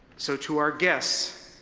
so, to our guests,